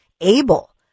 able